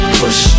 push